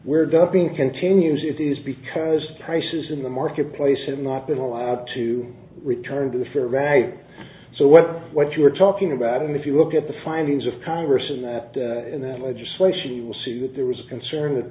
we're dumping continues it is because prices in the marketplace and not been allowed to return to the fair right so what what you're talking about and if you look at the findings of congress in that in that legislation you will suit there was concern that